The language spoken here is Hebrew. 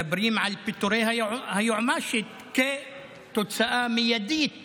מדברים על פיטורי היועמ"שית כתוצאה מיידית